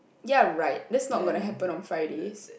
ya right that's not going to happen on Fridays